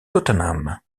tottenham